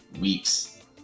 weeks